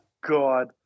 God